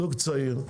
זוג צעיר,